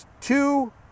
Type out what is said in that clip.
two